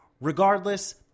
Regardless